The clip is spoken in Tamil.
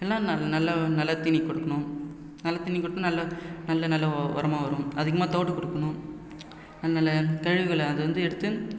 எல்லாம் ந நல்ல நல்ல தீனி கொடுக்கணும் நல்ல தீனி கொடுத்தால் நல்ல நல்ல நல்ல உரமா வரும் அதிகமாக தவிடு கொடுக்கணும் அதனால் கழிவுகளை அது வந்து எடுத்து